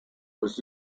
was